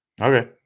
Okay